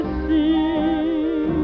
see